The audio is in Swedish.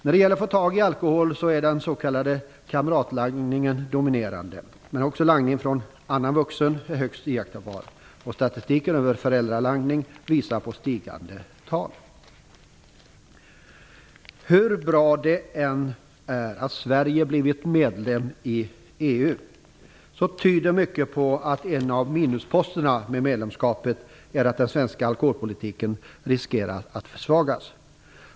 När det gäller att få tag i alkohol är den s.k. kamratlangningen dominerande. Men också langning från annan vuxen är högst iakttagbar. Statistiken över föräldralangning visar på stigande tal. Hur bra det än är att Sverige blivit medlem i EU tyder mycket på att en av minusposterna med medlemskapet är att den svenska alkoholpolitiken riskerar att försvagas.